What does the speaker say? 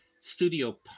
studio